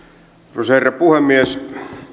arvoisa herra puhemies